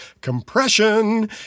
compression